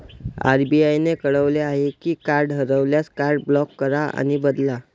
RBI ने कळवले आहे की कार्ड हरवल्यास, कार्ड ब्लॉक करा आणि बदला